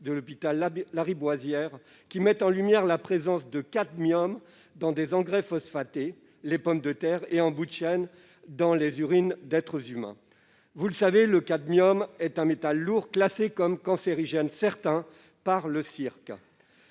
de l'hôpital Lariboisière, qui met en lumière la présence de cadmium dans les engrais phosphatés, les pommes de terre et, en bout de chaîne, dans les urines humaines. Le cadmium est un métal lourd, classé comme « cancérigène certain » par le Centre